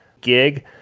gig